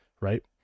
right